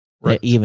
Right